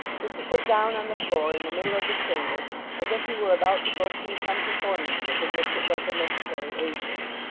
which he put down on the floor in the middle of the chamber as if he were about to go through some performances in which it was a necessary agent.